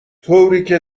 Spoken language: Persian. طوریکه